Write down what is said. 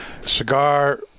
cigar